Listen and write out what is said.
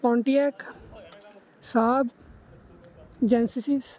Pontiac ਸਾਹਬ Genesis